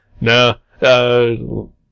No